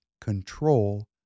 control